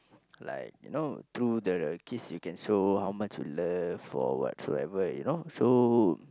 like you know through the kiss you can show how much you love or what so ever you know so